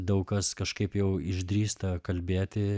daug kas kažkaip jau išdrįsta kalbėti